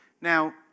Now